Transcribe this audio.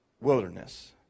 wilderness